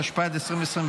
התשפ"ד 2024,